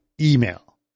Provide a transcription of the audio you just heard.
email